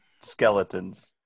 skeletons